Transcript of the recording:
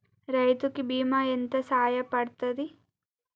రైతు కి బీమా ఎంత సాయపడ్తది?